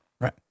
Right